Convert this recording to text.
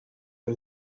این